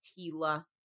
tila